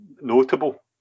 notable